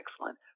excellent